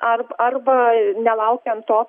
arb arba nelaukiant to